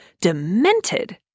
demented